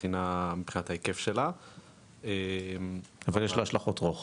מבחינת ההיקף שלה --- אבל יש לה השלכות רוחב.